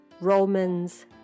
Romans